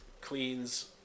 cleans